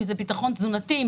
אם זה ביטחון תזונתי,